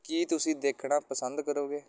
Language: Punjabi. ਕੀ ਤੁਸੀਂ ਦੇਖਣਾ ਪਸੰਦ ਕਰੋਗੇ